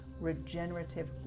regenerative